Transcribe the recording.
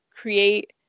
create